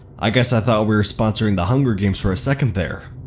i guess i thought we were sponsoring the hunger games for a second there.